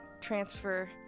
transfer